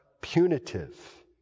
punitive